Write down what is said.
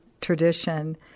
tradition